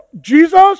Jesus